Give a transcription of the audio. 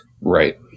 right